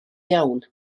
iawn